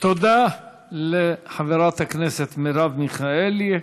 תודה לחברת הכנסת מרב מיכאלי.